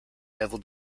level